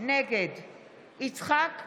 נגד יצחק פינדרוס,